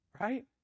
right